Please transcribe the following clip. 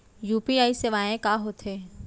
UPI सेवाएं का होथे?